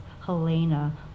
Helena